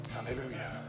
Hallelujah